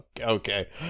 Okay